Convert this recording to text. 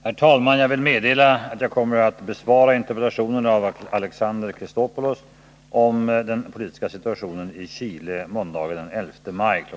Herr talman! Jag vill meddela att jag på grund av resor kommer att besvara interpellationen av Alexander Chrisopoulos om den politiska situationen i Chile måndagen den 11 maj kl.